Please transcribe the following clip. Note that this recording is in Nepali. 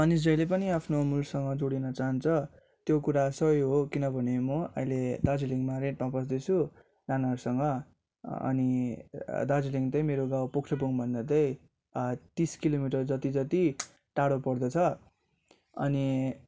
मानिस जहिले पनि आफ्नो मूलसँग जोडिन चहान्छ त्यो कुरा सही हो किनभने म अहिले दार्जिलिङमा रेन्टमा बस्दैसु नानाहरूसँग अनि दार्जिलिङ चाहिँ मेरो गाउँ पोख्रेबुङभन्दा चाहिँ तिस किलोमिटर जति जति टाढो पर्दछ अनि